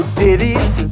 ditties